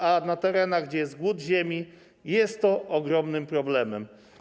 A na terenach, gdzie jest głód ziemi, jest to ogromnym problemem.